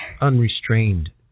unrestrained